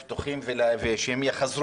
פתוחים בשביל הסטודנטים שחוזרים ללימודים.